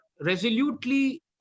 resolutely